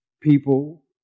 people